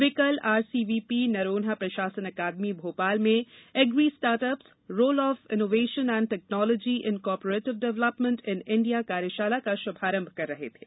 वे कल आरसीव्हीपी नरोहा प्रकाशन अकादमी में agri start up role of innovation and technology in cooperative development in India कार्यशाला का शुभारंभ कर रहे थे